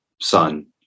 son